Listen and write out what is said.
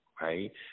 right